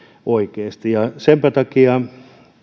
oikeasti senpä takia